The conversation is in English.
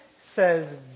says